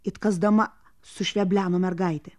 it kasdama sušvebleno mergaitė